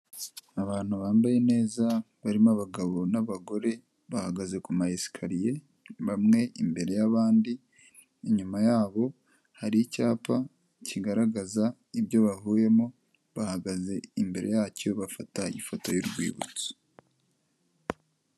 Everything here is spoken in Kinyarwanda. Abantu bambaye neza barimo abagabo n'abagore, bahagaze ku ma esikariye bamwe imbere y'abandi, inyuma yabo hari icyapa kigaragaza ibyo bahuyemo, bahagaze imbere yacyo bafata ifoto y'urwibutso.